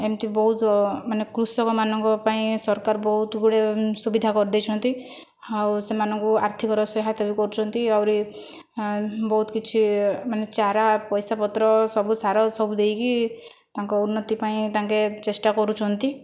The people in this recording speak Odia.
ଏମିତି ବହୁତ ମାନେ କୃଷକ ମାନଙ୍କ ପାଇଁ ସରକାର ବହୁତ ଗୁଡ଼େ ସୁବିଧା କରିଦେଇଛନ୍ତି ଆଉ ସେମାନଙ୍କୁ ଆର୍ଥିକର ସହାୟତା ବି କରୁଛନ୍ତି ଆହୁରି ବହୁତ କିଛି ମାନେ ଚାରା ପଇସା ପତ୍ର ସବୁ ସାର ସବୁ ଦେଇକି ତାଙ୍କ ଉନ୍ନତି ପାଇଁ ତାଙ୍କେ ଚେଷ୍ଟା କରୁଛନ୍ତି